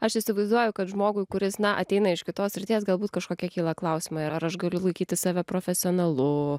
aš įsivaizduoju kad žmogui kuris ateina iš kitos srities galbūt kažkokie kyla klausimai ar aš galiu laikyti save profesionalu